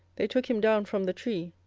they took him down from the tree,